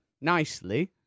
nicely